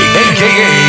aka